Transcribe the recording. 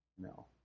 No